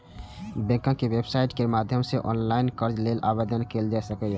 बैंकक वेबसाइट केर माध्यम सं ऑनलाइन कर्ज लेल आवेदन कैल जा सकैए